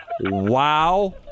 Wow